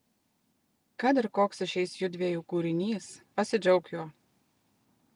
kad ir koks išeis judviejų kūrinys pasidžiauk juo